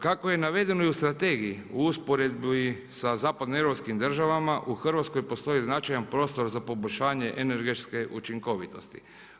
Kako je navedeno i u strategiji u usporedbi sa zapadno europskim državama, u Hrvatskoj postoje značajan prostor za poboljšanje energetske učinkovitosti.